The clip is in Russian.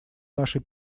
нашей